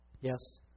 Yes